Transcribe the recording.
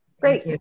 Great